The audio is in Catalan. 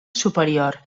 superior